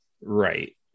Right